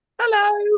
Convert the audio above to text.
Hello